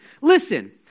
Listen